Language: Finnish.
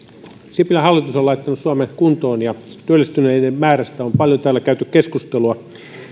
sipilän hallitus on laittanut suomen kuntoon ja työllistyneiden määrästä on paljon täällä käyty keskustelua